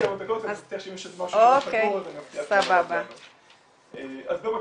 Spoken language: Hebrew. --- אז במקביל,